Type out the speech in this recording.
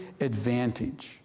advantage